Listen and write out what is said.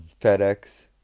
FedEx